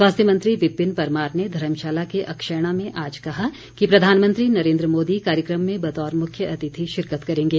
स्वास्थ्य मंत्री विपिन परमार ने धर्मशाला के अक्षैणा में आज कहा कि प्रधानमंत्री नरेन्द्र मोदी कार्यक्रम में बतौर मुख्य अतिथि शिरकत करेंगे